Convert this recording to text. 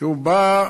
תראו, בא,